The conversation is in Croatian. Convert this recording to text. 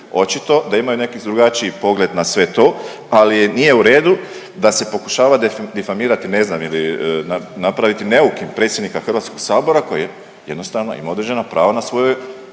očito da imaju neki drugačiji pogled na sve to, ali nije u redu da se pokušava difamirati ne znam ili napraviti neukim predsjednika Hrvatskog sabora koji jednostavno ima određena prava na svojoj